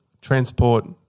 transport